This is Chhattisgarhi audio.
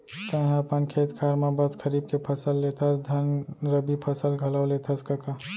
तैंहा अपन खेत खार म बस खरीफ के फसल लेथस धन रबि फसल घलौ लेथस कका?